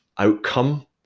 outcome